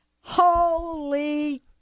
holy